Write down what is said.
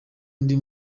ndi